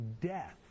death